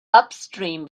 upstream